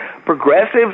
Progressives